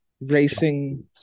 racing